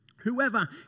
Whoever